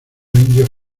indios